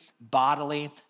bodily